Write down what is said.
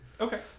Okay